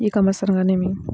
ఈ కామర్స్ అనగా నేమి?